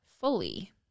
fully